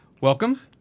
Welcome